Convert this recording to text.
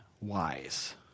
wise